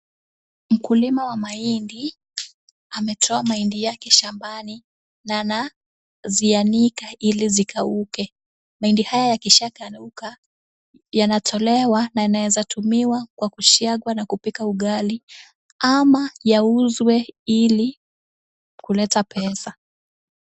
Mkulima wa mahindi ametoa mahindi yake shambani na anazianika ili zikauke. Mahindi haya yakishakauka yanatolewa na yanawezatumiwa kwa kusiagwa na kupika ugali ama yauzwe ili kuleta pesa.